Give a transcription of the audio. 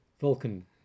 Vulcan